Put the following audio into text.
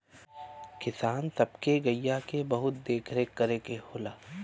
किसान सब के गइया के बहुत देख रेख करे के होला